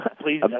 please